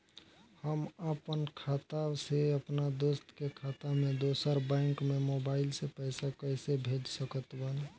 हम आपन खाता से अपना दोस्त के खाता मे दोसर बैंक मे मोबाइल से पैसा कैसे भेज सकत बानी?